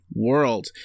World